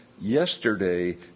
yesterday